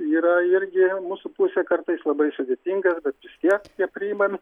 yra irgi mūsų pusė kartais labai sudėtinga bet vis tiek jie nepriimami